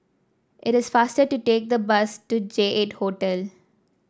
it is faster to take the bus to J eight Hotel